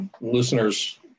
listeners